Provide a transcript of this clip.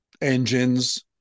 engines